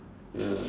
ya